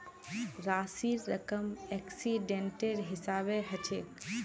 राशिर रकम एक्सीडेंटेर हिसाबे हछेक